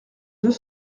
deux